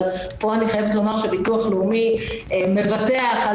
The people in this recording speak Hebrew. פה אני חייבת לומר שהביטוח הלאומי מבטח על